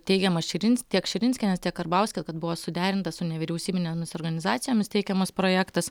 teigiama širins tiek širinskienės tiek karbauskio kad buvo suderinta su nevyriausybinėmis organizacijomis teikiamas projektas